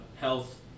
health